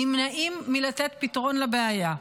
נמנעים מלתת פתרון לבעיה.